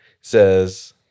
says